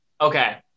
Okay